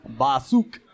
Basuk